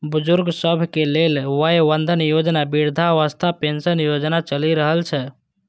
बुजुर्ग सभक लेल वय बंधन योजना, वृद्धावस्था पेंशन योजना चलि रहल छै